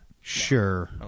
Sure